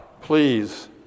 please